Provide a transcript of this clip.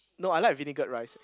no I like vinaigrette rice